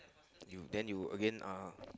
you then you again uh